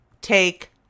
take